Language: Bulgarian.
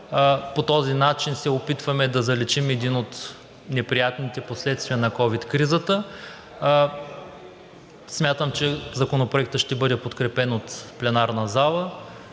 По този начин се опитваме да заличим един от неприятните последствия на ковид кризата. Смятам, че Законопроектът ще бъде подкрепен от пленарна зала,